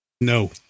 no